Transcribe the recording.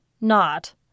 Not